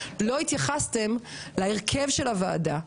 לא התייחסתם להרכב הוועדה.